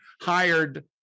hired